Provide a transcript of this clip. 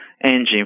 engine